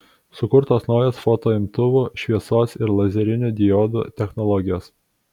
sukurtos naujos fotoimtuvų šviesos ir lazerinių diodų technologijos